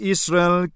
Israel